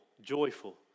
joyful